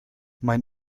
mein